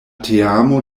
teamo